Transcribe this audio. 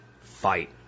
fight